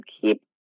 keep